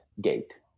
gate